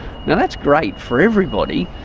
now, that's great for everybody,